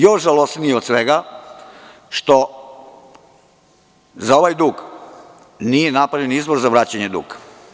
Još žalosnije od svega, što za ovaj dug nije napravljen izvor za vraćanje duga.